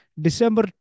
December